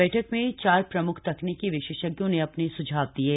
बैठक में चार प्रमुख तकनीकी विशेषज्ञों ने अपने सुझाव दिये